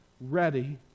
ready